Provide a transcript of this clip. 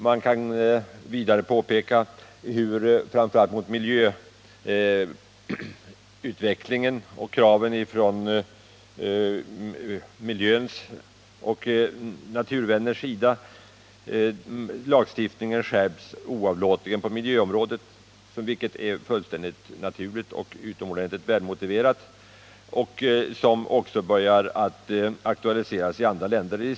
Man kan vidare påpeka miljöutvecklingen samt kraven från miljöoch naturvännerna. Lagstiftningen skärps oavlåtligt på miljöområdet, vilket är fullständigt naturligt och välmotiverat. En liknande lagstiftning börjar aktualiseras även i andra länder.